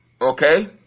Okay